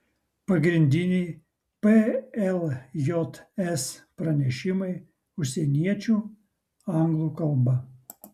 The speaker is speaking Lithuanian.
pagrindiniai pljs pranešimai užsieniečių anglų kalba